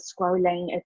scrolling